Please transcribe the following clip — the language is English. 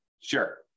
Sure